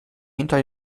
hinter